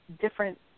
different